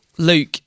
Luke